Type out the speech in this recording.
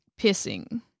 pissing